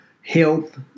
health